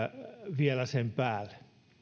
vielä sen päälle